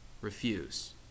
refuse